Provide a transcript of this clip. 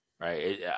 right